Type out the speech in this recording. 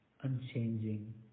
unchanging